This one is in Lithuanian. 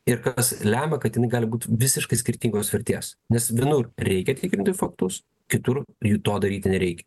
ir kas lemia kad jinai gali būti visiškai skirtingos vertės nes vienur reikia tikrinti faktus kitur jų to daryti nereikia